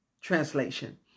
Translation